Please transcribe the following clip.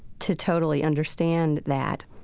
to totally understand that.